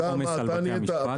יש עומס על בתי המשפט.